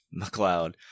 McLeod